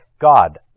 God